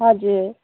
हजुर